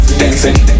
dancing